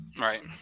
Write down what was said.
Right